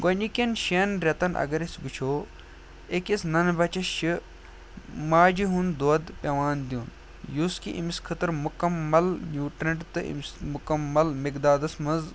گۄڈٕنِکٮ۪ن شٮ۪ن رٮ۪تن اگر أسۍ وٕچھو أکِس ننہٕ بچس چھِ ماجہِ ہُنٛد دۄد پٮ۪وان دیُن یُس کہِ أمِس خٲطرٕ مُکمل نیوٗٹرنٛٹ تہٕ أمِس مُکمل مقدادس منٛز